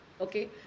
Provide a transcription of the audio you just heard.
okay